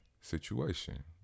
situation